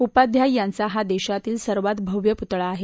उपाध्याय यांचा हा देशातील सर्वात भव्य पुतळा आहे